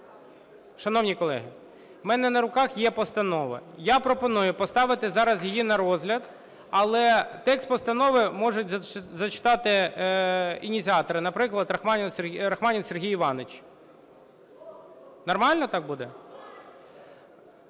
Шановні колеги, в мене на руках є постанова. Я пропоную поставити зараз її на розгляд, але текст постанови можуть зачитати ініціатори, наприклад, Рахманін Сергій Іванович. Нормально так буде?